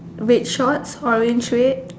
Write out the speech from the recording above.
red shorts orange red